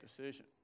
decision